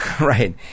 right